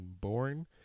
boring